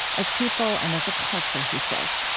as people, and as a culture, he says,